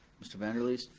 mr. van der leest?